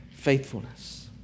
Faithfulness